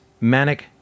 manic